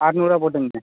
அறநூறுவா போட்டுக்குங்க